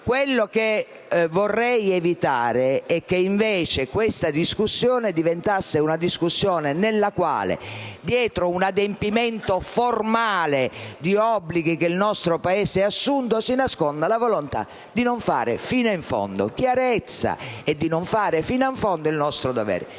Quello che vorrei evitare è che questa discussione diventasse una discussione nella quale dietro un adempimento formale di obblighi che il nostro Paese ha assunto si nasconda la volontà di non fare fino in fondo chiarezza e di non fare fino in fondo il nostro dovere.